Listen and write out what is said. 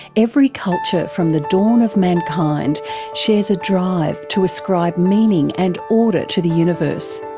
every culture from the dawn of mankind shares a drive to ascribe meaning and order to the universe,